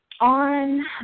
on